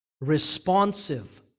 responsive